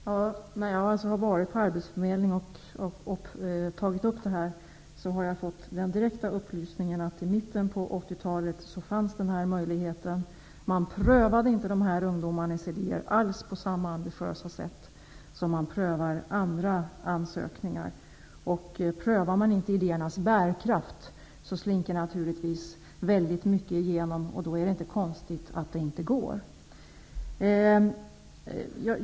Herr talman! När jag tagit upp detta på arbetsförmedlingen har jag fått den direkta upplysningen att denna möjlighet fanns i mitten på 80-talet, men att man då inte alls prövade dessa ungdomars idéer på samma ambitiösa sätt som man prövade andra ansökningar. Prövar man inte idéernas bärkraft, slinker naturligtvis mycket igenom, och då är det inte konstigt att det inte går.